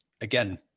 again